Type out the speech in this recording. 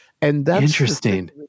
Interesting